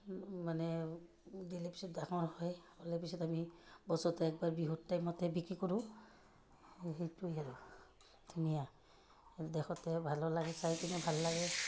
মানে দিলে পিছত ডাঙৰ হয় হ'লে পিছত আমি বছৰতে একবাৰ বিহুত টাইমতে বিক্ৰী কৰোঁ সেইটোৱেই আৰু ধুনীয়া দেখোতে ভালো লাগে চাই পিনে ভাল লাগে